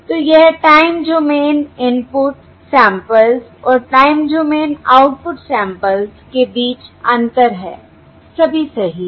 तो यह time domain input samples और टाइम डोमेन आउटपुट सैंपल्स के बीच अंतर है सभी सही है